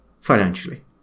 financially